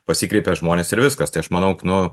pasikreipia žmonės ir viskas tai aš manau nu